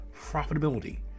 profitability